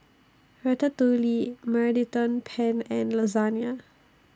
Ratatouille Mediterranean Penne and Lasagne